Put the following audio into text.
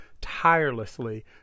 tirelessly